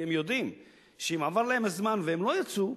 כי הם יודעים שאם עבר להם הזמן והם לא יצאו,